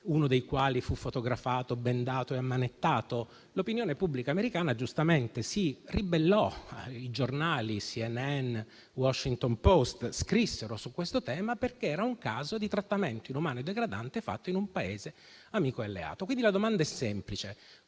uno dei quali fu fotografato bendato e ammanettato. L'opinione pubblica americana giustamente si ribellò, la CNN e il «The Washington Post» scrissero su questo tema, perché era un caso di trattamento inumano e degradante fatto in un Paese amico e alleato. Quindi la domanda è semplice: